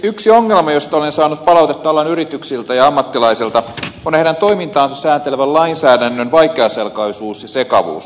yksi ongelma josta olen saanut palautetta alan yrityksiltä ja ammattilaisilta on heidän toimintaansa sääntelevän lainsäädännön vaikeaselkoisuus ja sekavuus